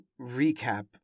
recap